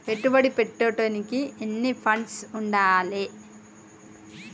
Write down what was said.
పెట్టుబడి పెట్టేటోనికి ఎన్ని ఫండ్స్ ఉండాలే?